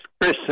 Chris